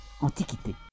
antiquité